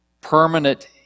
Permanent